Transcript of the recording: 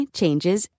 changes